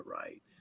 right